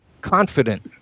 confident